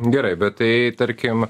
gerai bet tai tarkim